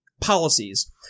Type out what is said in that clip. policies